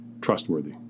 trustworthy